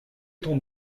temps